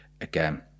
again